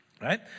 right